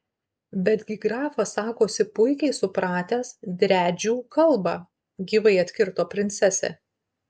betgi grafas sakosi puikiai supratęs driadžių kalbą gyvai atkirto princesė